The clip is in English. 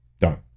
done